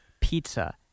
pizza